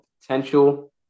potential